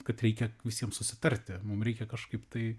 kad reikia visiems susitarti mum reikia kažkaip tai